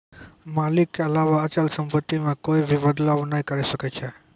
मालिक के अलावा अचल सम्पत्ति मे कोए भी बदलाव नै करी सकै छै